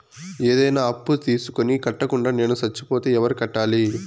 ఏదైనా అప్పు తీసుకొని కట్టకుండా నేను సచ్చిపోతే ఎవరు కట్టాలి?